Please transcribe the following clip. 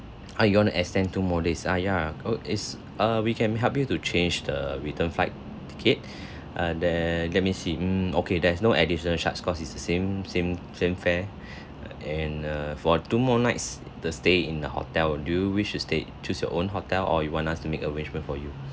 ah you want to extend two more days ah ya oh is err we can help you to change the return flight ticket uh the let me see mm okay there is no additional charge cause it's the same same same fare and err for two more nights the stay in the hotel do you wish to stay choose your own hotel or you want us to make arrangement for you